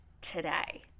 today